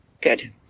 good